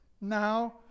Now